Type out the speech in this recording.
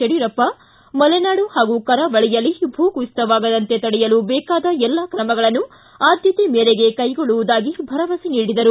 ಯಡಿಯೂರಪ್ಪ ಮಲೆನಾಡು ಹಾಗೂ ಕರಾವಳಿಯಲ್ಲಿ ಭೂಕುಸಿತವಾಗದಂತೆ ತಡೆಯಲು ಬೇಕಾದ ಎಲ್ಲ ಕ್ರಮಗಳನ್ನು ಆದ್ಭತೆ ಮೇರೆಗೆ ಕೈಗೊಳ್ಳುವುದಾಗಿ ಭರವಸೆ ನೀಡಿದರು